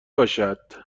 باشد